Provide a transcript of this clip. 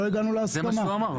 לא, את לא בזכות דיבור.